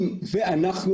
אם ואנחנו,